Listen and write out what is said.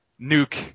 Nuke